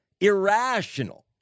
irrational